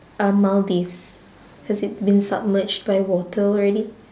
ah maldives has it been submerged by water already